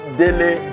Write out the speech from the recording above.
daily